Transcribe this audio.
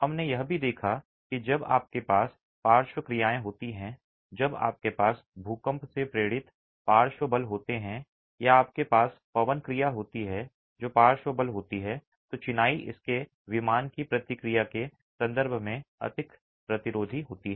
हमने यह भी देखा कि जब आपके पास पार्श्व क्रियाएं होती हैं जब आपके पास भूकंप से प्रेरित पार्श्व बल होते हैं या आपके पास पवन क्रिया होती है जो पार्श्व बल होती है तो चिनाई इसके विमान की प्रतिक्रिया के संदर्भ में अधिक प्रतिरोधी होती है